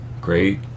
great